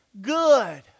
good